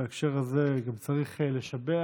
בהקשר הזה גם צריך לשבח,